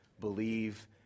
Believe